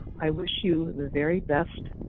i wish you the very best,